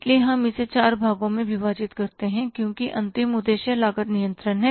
इसलिए हम इसे चार भागों में विभाजित करते हैं क्योंकि अंतिम उद्देश्य लागत नियंत्रण है